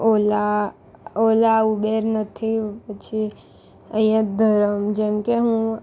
ઓલા Ola Uber નથી પછી અહીંયાં ધરમ જેમકે હું